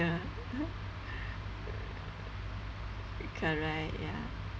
ya correct ya